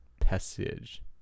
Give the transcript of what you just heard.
Passage